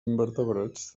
invertebrats